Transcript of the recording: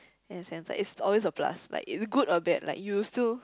in a sense like it's always a plus like it good or bad like you'll still